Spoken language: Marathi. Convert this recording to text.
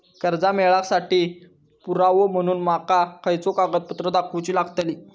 कर्जा मेळाक साठी पुरावो म्हणून माका खयचो कागदपत्र दाखवुची लागतली?